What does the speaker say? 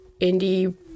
indie